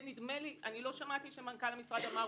לא שמעתי שמנכ"ל המשרד אמר.